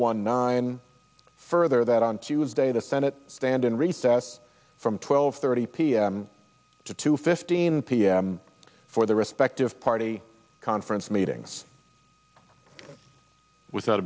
one nine further that on tuesday the senate stand in recess from twelve thirty p m to two fifteen p m for their respective party conference meetings without